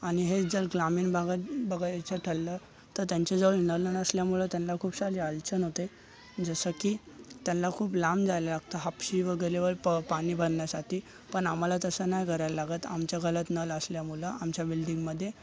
आणि हेच जर ग्रामीण भागात बघायचं ठरलं तर त्यांच्याजवळ नळ नसल्यामुळं त्यांना खूप सारी अलचण होते जसं की त्यांना खूप लांब जायला लागतं तर हापशी वगैरेवर पाणी भरण्यासाठी पण आम्हाला तसं नाही करायला लागत आमच्या घर घरात नळ असल्यामुळं आमच्या बिल्दींगमध्ये